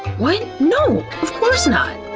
what? no! of course not.